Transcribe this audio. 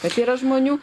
kad yra žmonių